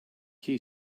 key